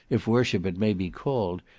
if worship it may be called,